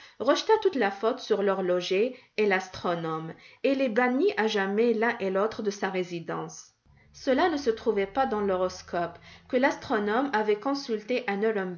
rejeta toute la faute sur l'horloger et l'astronome et les bannit à jamais l'un et l'autre de sa résidence cela ne se trouvait pas dans l'horoscope que l'astronome avait consulté à